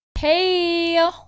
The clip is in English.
Hey